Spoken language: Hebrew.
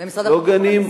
לא גנים,